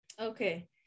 Okay